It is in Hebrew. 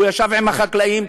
והוא ישב עם החקלאים,